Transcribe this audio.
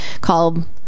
called